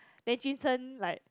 then jun sheng like